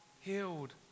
healed